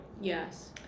yes